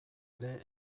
ere